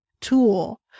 tool